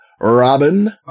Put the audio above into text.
Robin